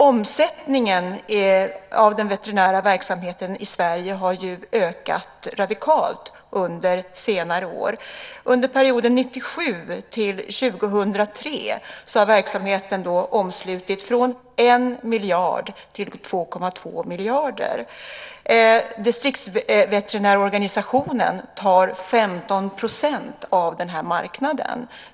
Omsättningen av den veterinära verksamheten i Sverige har ökat radikalt under senare år. Under perioden 1997-2003 har verksamheten omslutit från 1 miljard till 2,2 miljarder. Distriktsveterinärorganisationen har 15 % av den här marknaden.